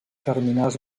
terminals